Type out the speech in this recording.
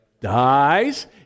dies